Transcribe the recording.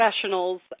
professionals